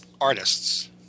artists